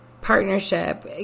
Partnership